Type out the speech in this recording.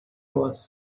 was